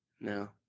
No